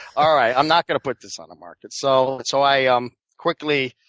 alright, i'm not going to put this on the market. so so i ah um quickly